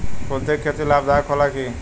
कुलथी के खेती लाभदायक होला कि न?